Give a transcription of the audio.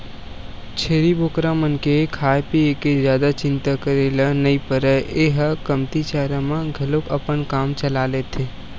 छेरी बोकरा मन के खाए पिए के जादा चिंता करे ल नइ परय ए ह कमती चारा म घलोक अपन काम चला लेथे